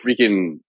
freaking